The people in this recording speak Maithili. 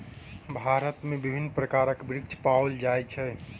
भारत में विभिन्न प्रकारक वृक्ष पाओल जाय छै